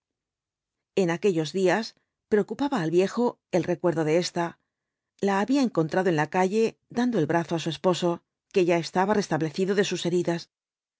en aquellos días preocupaba al viejo el recuerdo de ésta la había encontrado en la calle dando el brazo á su esposo que ya estaba restablecido de sus heridas